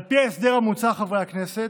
על פי ההסדר המוצע, חברי הכנסת,